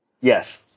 Yes